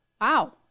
wow